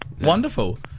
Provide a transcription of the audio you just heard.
Wonderful